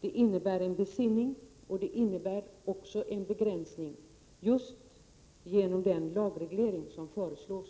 innebär en besinning. Det innebär också en begränsning just genom den lagreglering som föreslås.